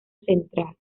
central